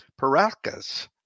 Paracas